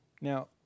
Now